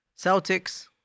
Celtics